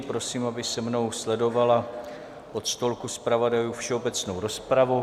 Prosím, aby se mnou sledovala od stolku zpravodajů všeobecnou rozpravu.